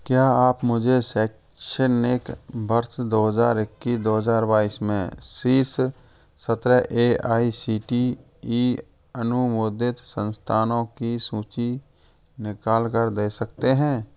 क्या आप मुझे शैक्षणिक वर्ष दो हजार इक्कीस दो हजार बाइस में शीर्ष सत्रह A I C T E अनुमोदित संस्थानों की सूची निकाल कर दे सकते हैं